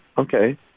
Okay